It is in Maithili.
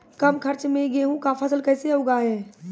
कम खर्च मे गेहूँ का फसल कैसे उगाएं?